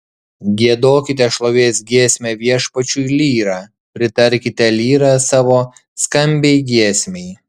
giedokite šlovės giesmę viešpačiui lyra pritarkite lyra savo skambiai giesmei